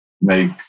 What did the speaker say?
make